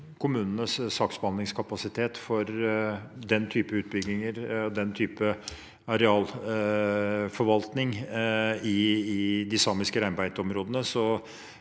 kommunenes saksbehandlingskapasitet for den typen utbygginger og arealforvaltning i de samiske reinbeiteområdene,